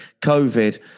COVID